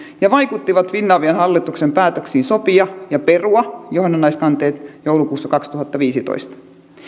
ja vaikuttivat finavian hallituksen päätöksiin sopia ja perua johdannaiskanteet joulukuussa kaksituhattaviisitoista